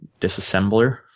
disassembler